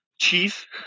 chief